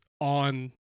on